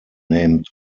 named